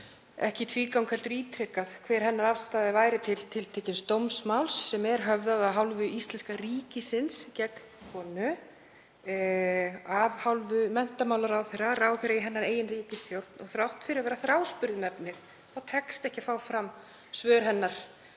ekki í tvígang heldur ítrekað, hver hennar afstaða væri til tiltekins dómsmáls sem er höfðað af hálfu íslenska ríkisins gegn konu, þ.e. af hálfu menntamálaráðherra, ráðherra í hennar eigin ríkisstjórn. Og þrátt fyrir að vera þráspurð um efnið þá tekst ekki að fá fram svör hennar